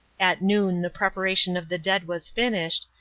at noon the preparation of the dead was finished,